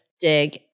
dig